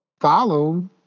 follow